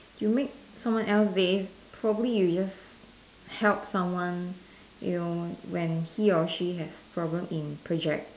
you make someone else day probably you just help someone you know when he or she has problems in project